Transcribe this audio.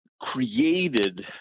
created